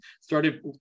started